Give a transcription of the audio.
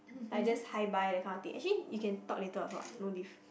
like just hi bye that kind of thing actually you can talk later also what no diff